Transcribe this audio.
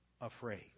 afraid